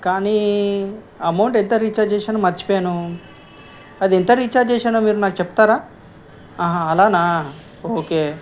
కానీ అమౌంట్ ఎంత రీఛార్జ్ చేశానో మర్చిపోయాను అది ఎంత రీఛార్జ్ చేశానో మీరు నాకు చెప్తారా ఆహా అలానా ఓకే